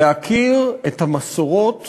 להכיר את המסורות